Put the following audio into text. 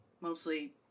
mostly